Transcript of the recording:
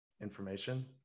information